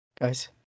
guys